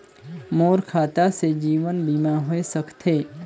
मोर खाता से जीवन बीमा होए सकथे?